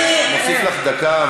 אני מוסיף לך דקה,